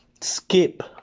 skip